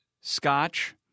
scotch